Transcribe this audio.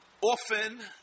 Often